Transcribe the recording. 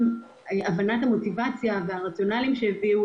שהבנת המוטיבציה והרציונלים שהביאו